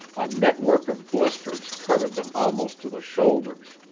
a network of blisters covered them almost to the shoulders.